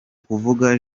kuvuga